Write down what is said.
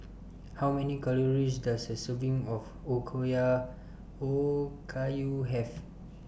How Many Calories Does A Serving of Okayu Have